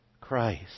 Christ